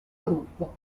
gruppo